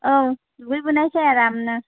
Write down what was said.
औ दुगैबोनोसै आरामनो